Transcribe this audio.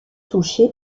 touché